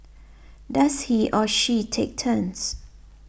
does he or she take turns